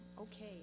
Okay